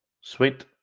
Sweet